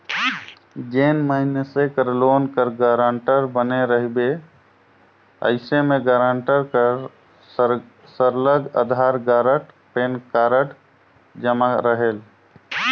जेन मइनसे कर लोन कर गारंटर बने रहिबे अइसे में गारंटर कर सरलग अधार कारड, पेन कारड जमा रहेल